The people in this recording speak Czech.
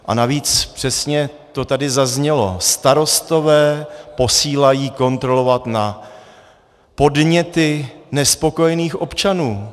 A navíc, přesně to tady zaznělo, starostové posílají kontrolovat na podněty nespokojených občanů.